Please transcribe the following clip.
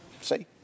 See